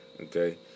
Okay